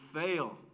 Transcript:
fail